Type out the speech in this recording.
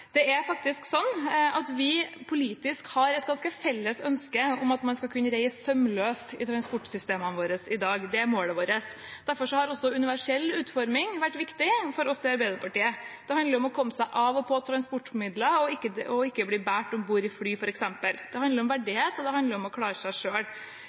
Det er faktisk sånn at vi politisk har et felles ønske om at man skal kunne reise sømløst i transportsystemene våre i dag. Det er målet vårt. Derfor har også universell utforming vært viktig for oss i Arbeiderpartiet. Det handler om å komme seg av og på transportmidler og ikke bli båret om bord i fly, f.eks. Det handler om verdighet, og det handler om å klare seg